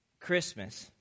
Christmas